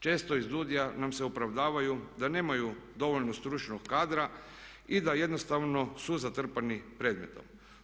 Često iz DUDI-a nam se opravdavaju da nemaju dovoljno stručnog kadra i da jednostavno su zatrpani predmetom.